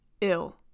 ill